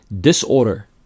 disorder